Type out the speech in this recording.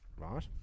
right